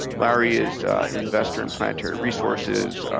larry is an investor in planetary resources,